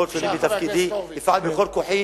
כל עוד אני בתפקיד, אפעל בכל כוחי